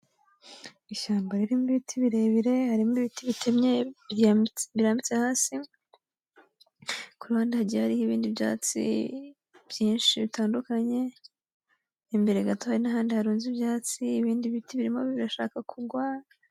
Ishyamba ririmo ibiti birebire harimo ibiti bitemye birambitse hasi. Ku ruhande hagiye hariho ibindi byatsi byinshi bitandukanye. Imbere gato hari n'ahandi harunze ibyatsi, ibindi biti birimo birashaka kugwa.